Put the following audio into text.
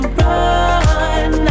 run